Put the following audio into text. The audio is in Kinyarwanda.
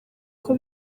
uko